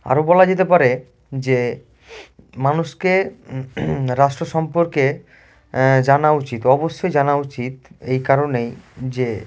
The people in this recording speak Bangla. আরও বলা যেতে পারে যে মানুষকে রাষ্ট্র সম্পর্কে জানা উচিত অবশ্যই জানা উচিত এই কারণেই যে